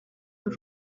w’u